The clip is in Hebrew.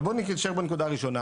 אבל בואו נישאר בנקודה הראשונה.